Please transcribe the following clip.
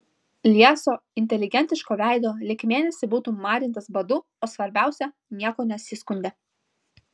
lieso inteligentiško veido lyg mėnesį būtų marintas badu o svarbiausia niekuo nesiskundė